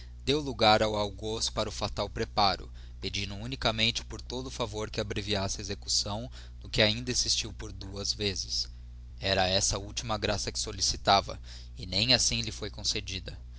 zedby google para o fatal preparo pedindo unicamente por todo o favor que abreviasse a execução no que ainda insistiu por duas vezes era essa a ultima graça que solicitava e nem assim lhe foi concedida